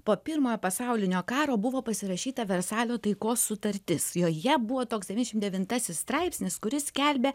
po pirmojo pasaulinio karo buvo pasirašyta versalio taikos sutartis joje buvo toks devyniasdešim devintasis straipsnis kuris skelbė